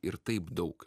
ir taip daug